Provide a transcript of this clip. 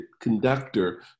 conductor